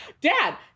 Dad